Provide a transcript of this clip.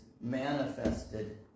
manifested